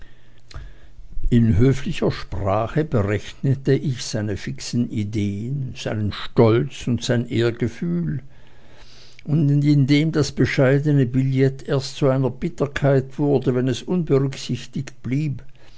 in höflicher sprache berechnete ich seine fixen ideen seinen stolz und sein ehrgefühl und indem das bescheidene billett erst zu einer bitterkeit wurde wenn es unberücksichtigt blieb